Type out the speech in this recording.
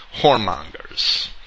whoremongers